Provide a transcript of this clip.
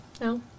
no